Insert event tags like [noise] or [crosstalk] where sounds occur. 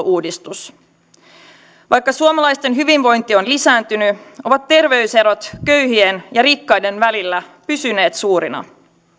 [unintelligible] uudistus vaikka suomalaisten hyvinvointi on lisääntynyt ovat terveyserot köyhien ja rikkaiden välillä pysyneet suurina